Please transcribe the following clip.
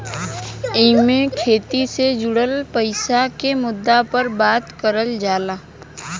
एईमे खेती से जुड़ल पईसा के मुद्दा पर बात करल जाला